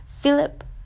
Philip